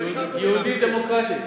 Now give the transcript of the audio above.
יהודית דמוקרטית.